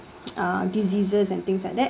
uh diseases and things like that